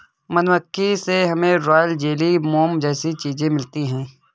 मधुमक्खी से हमे रॉयल जेली, मोम जैसी चीजे भी मिलती है